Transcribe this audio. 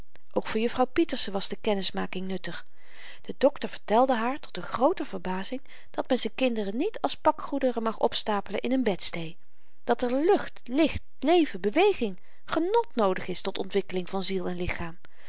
ook voor jufvrouw pieterse was de kennismaking nuttig de dokter vertelde haar tot r groote verbazing dat men z'n kinderen niet als pakgoederen mag opstapelen in een bedstee dat er lucht licht leven beweging genot noodig is tot ontwikkeling van ziel en lichaam